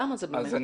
למה זה כך?